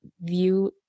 view